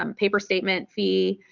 um paper statement fee,